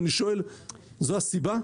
אני שואל: זו הסיבה?